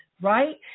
right